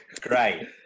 Great